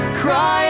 cry